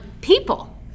People